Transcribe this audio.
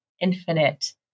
infinite